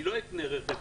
אני לא אקנה רכב.